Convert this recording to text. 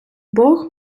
бог